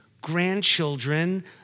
grandchildren